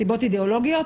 סיבות אידיאולוגיות,